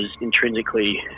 intrinsically